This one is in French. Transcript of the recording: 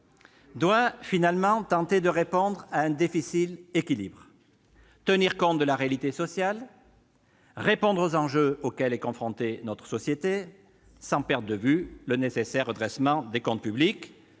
doit finalement tenter de respecter un difficile équilibre, en tenant compte de la réalité sociale et en répondant aux enjeux auxquels est confrontée notre société sans pour autant perdre de vue le nécessaire redressement des comptes publics.